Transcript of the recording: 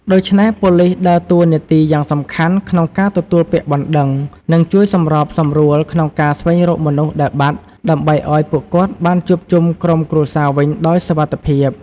ដូច្នេះប៉ូលិសដើរតួនាទីយ៉ាងសំខាន់ក្នុងការទទួលពាក្យបណ្តឹង និងជួយសម្របសម្រួលក្នុងការស្វែងរកមនុស្សដែលបាត់ ដើម្បីឱ្យពួកគាត់បានជួបជុំក្រុមគ្រួសារវិញដោយសុវត្ថិភាព។